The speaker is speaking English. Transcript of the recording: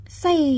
say